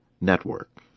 Network